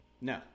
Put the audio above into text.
No